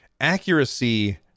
Accuracy